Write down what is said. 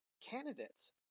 candidates